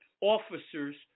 officers